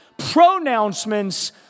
pronouncements